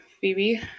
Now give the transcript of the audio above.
Phoebe